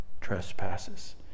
trespasses